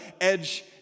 edge